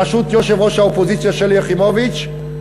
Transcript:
בראשות ראש האופוזיציה שלי יחימוביץ.